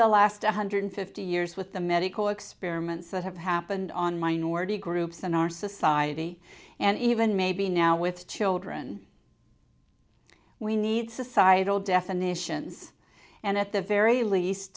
the last one hundred fifty years with the medical experiments that have happened on minority groups in our society and even maybe now with children we need societal definitions and at the very least